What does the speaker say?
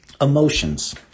emotions